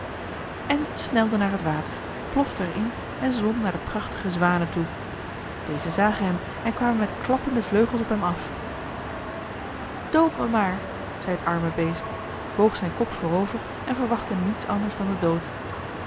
en het snelde naar het water plofte er in en zwom naar de prachtige zwanen toe deze zagen hem en kwamen met klappende vleugels op hem af doodt mij maar zei het arme beest boog zijn kop voorover en verwachtte niets anders dan den dood